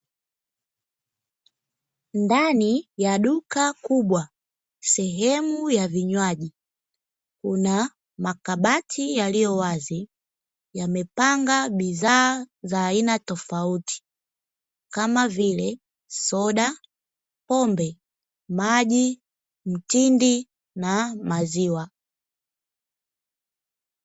Ndani ya duka kubwa sehemu ya vinywaji, kuna makabati yaliyo wazi yamepanga bidhaa za aina tofauti, kama vile: soda, pombe, maji, mtindi na maziwa.